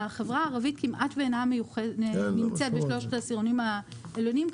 החברה הערבית כמעט ואינה נמצאת בשלושת העשירונים העליונים,